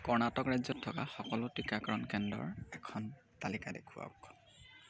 কৰ্ণাটক ৰাজ্যত থকা সকলো টিকাকৰণ কেন্দ্ৰৰ এখন তালিকা দেখুৱাওক